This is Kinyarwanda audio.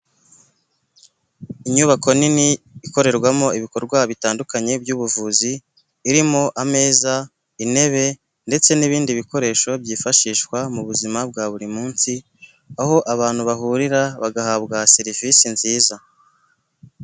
Inyubako nini ikorerwamo ibikorwa bitandukanye by'ubuvuzi, irimo ameza intebe ndetse n'ibindi bikoresho byifashishwa mu buzima bwa buri munsi, aho abantu bahurira bagahabwa serivisi nziza.